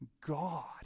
God